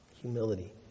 Humility